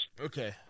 Okay